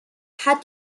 hat